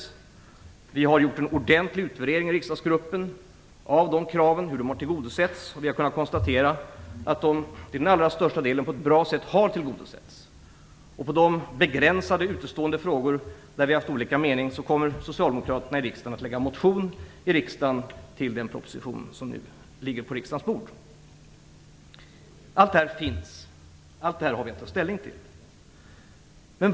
Vi i riksdagsgruppen har gjort en ordentlig utvärdering av hur dessa krav har tillgodosetts. Vi har kunnat konstatera att de till den allra största delen har tillgodosetts på ett bra sätt. När det gäller de begränsade utestående frågor där vi har haft olika mening kommer socialdemokraterna i riksdagen att väcka en motion till den proposition som nu ligger på riksdagens bord. Allt detta finns. Allt detta har vi att ta ställning till.